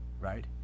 right